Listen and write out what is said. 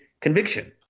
conviction